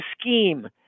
scheme